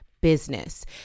business